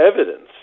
evidence